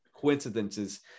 coincidences –